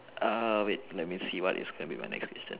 err wait let me see what's gonna be my next question